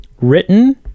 Written